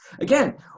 Again